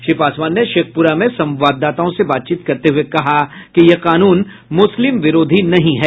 श्री पासवान ने शेखपुरा में संवाददाताओं से बातचीत करते हुए कहा कि यह कानून मुस्लिम विरोधी नहीं है